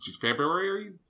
February